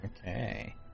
Okay